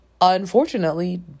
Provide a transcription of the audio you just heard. unfortunately